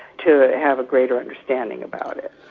to have a greater understanding about it.